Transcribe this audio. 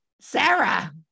sarah